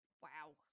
Wow